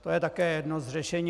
To je také jedno z řešení.